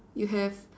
you have